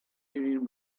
union